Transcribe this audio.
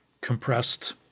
compressed